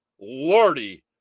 Lordy